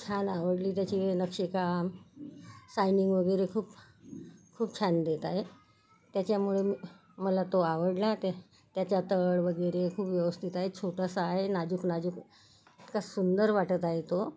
खूप छान आवडली त्याची नक्षीकाम शाइनिंग वगेरे खूप खूप छान देत आहे त्याच्यामुळे मला तो आवडला ते त्याचा तळ वगैरे खूप व्यवस्थित आहे छोटासा आहे नाजूक नाजूक इतका सुंदर वाटत आहे तो